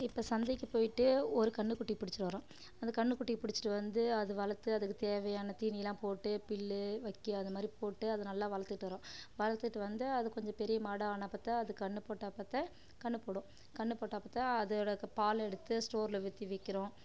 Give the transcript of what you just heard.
இப்போ சந்தைக்கு போயிட்டு ஒரு கன்னுக்குட்டி புடிச்சிட்டு வரோம் அந்த கன்னுக்குட்டியை புடிச்சிட்டு வந்து அதை வளர்த்து அதுக்கு தேவையான தீனி எல்லாம் போட்டு புல்லு வைக்க அது மாதிரி போட்டு அது நல்லா வளர்த்துட்டு வரோம் வளர்த்துட்டு வந்து அது கொஞ்சம் பெரிய மாடாக ஆனால் பார்த்தா அது கன்னு போட்ட அப்போ தான் கன்னு போடும் கன்னு போட்ட அப்போ தான் அதோடய பாலை எடுத்து ஸ்டோரில் ஊற்றி விற்கிறோம்